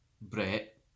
Brett